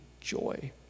joy